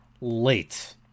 late